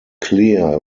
clear